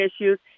issues